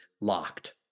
locked